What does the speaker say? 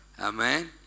Amen